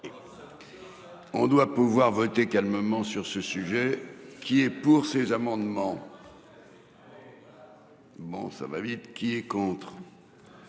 On doit pouvoir voter calmement sur ce sujet qui est pour ces amendements. Bon ça va vite, qui est contre.